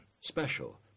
special